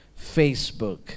Facebook